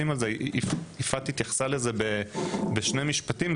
יפעת התייחסה לזה בשני משפטים,